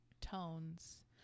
Tones